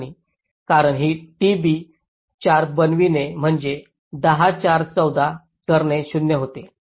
कारण ही t b 4 बनविणे म्हणजे 10 4 14 करणे 0 होते